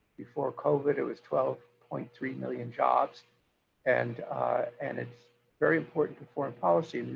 before covid, it was twelve point three million jobs and and it's very important to foreign policy.